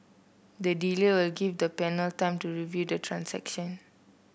the delay will give the panel time to review the transaction